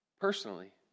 personally